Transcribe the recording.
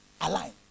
Align